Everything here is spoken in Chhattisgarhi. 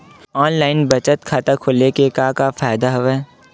ऑनलाइन बचत खाता खोले के का का फ़ायदा हवय